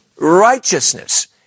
righteousness